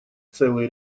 целый